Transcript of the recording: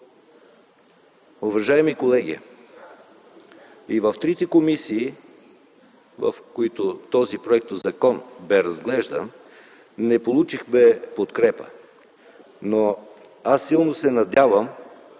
Уважаеми колеги, и в трите комисии, в които този законопроект бе разглеждан, не получихме подкрепа, но аз силно се надявам,